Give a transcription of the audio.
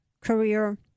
career